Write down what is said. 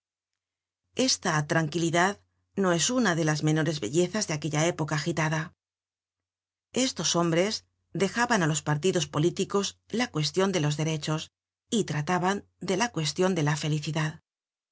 esta tranquilidad no es una de las menores bellezas de aquella época agitada estos hombres dejaban á los partidos políticos la cuestion de los derechos y trataban de la cuestion de la felicidad